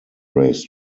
race